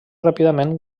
ràpidament